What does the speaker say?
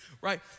Right